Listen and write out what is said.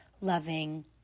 loving